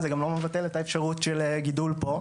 אבל לא מפריע לך שאתה מרסק את מגדלי העדרים פה בארץ מהמגזר?